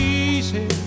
easy